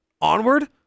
...onward